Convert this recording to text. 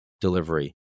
delivery